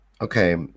okay